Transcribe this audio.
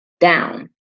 down